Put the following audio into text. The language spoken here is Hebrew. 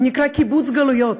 הוא נקרא "קיבוץ גלויות".